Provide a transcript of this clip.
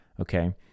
Okay